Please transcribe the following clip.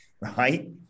right